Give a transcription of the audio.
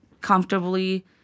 comfortably